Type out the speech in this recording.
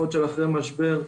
גם משותפים,